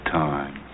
time